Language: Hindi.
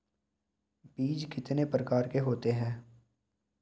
बीज कितने प्रकार के होते हैं?